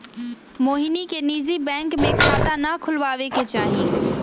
मोहिनी के निजी बैंक में खाता ना खुलवावे के चाहि